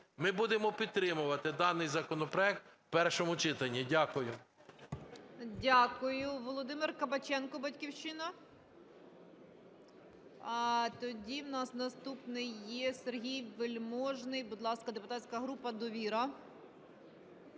Ми будемо підтримувати даний законопроект в першому читанні. Дякую.